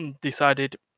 decided